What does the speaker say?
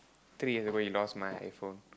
treat as the way he lost my iPhone